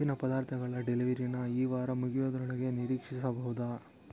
ಉಪ್ಪಿನ ಪದಾರ್ಥದಳ ಡೆಲಿವರಿನಾ ಈ ವಾರ ಮುಗಿಯೋದ್ರೊಳಗೆ ನಿರೀಕ್ಷಿಸಬಹುದಾ